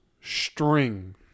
string